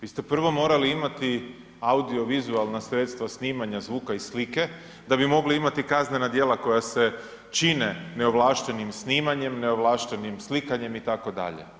Vi ste prvo morali imati audiovizualna sredstva snimanja zvuka i slike da bi mogli imati kaznena djela koja se čine neovlaštenim snimanjem, neovlaštenim slikanjem, itd.